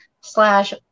slash